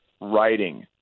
writing